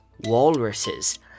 walruses